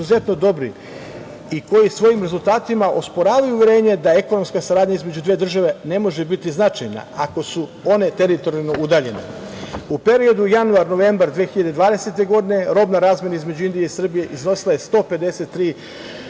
i koji svojim rezultatima osporavaju uverenje da ekonomska saradnja između dve države ne može biti značajna ako su one teritorijalno udaljene.U periodu, januar, novembar 2020. godine, robna razmena između Indije i Srbije iznosila je 153,63